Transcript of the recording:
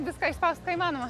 viską išspaust ką įmanoma